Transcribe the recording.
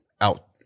out